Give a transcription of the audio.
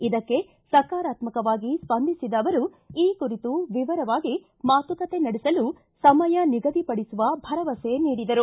ಇದಕ್ಕೆ ಸಕಾರಾತ್ಸಕವಾಗಿ ಸ್ಪಂದಿಸಿದ ಅವರು ಈ ಕುರಿತು ವಿವರವಾಗಿ ಮಾತುಕತೆ ನಡೆಸಲು ಸಮಯ ನಿಗದಿಪಡಿಸುವ ಭರವಸೆ ನೀಡಿದರು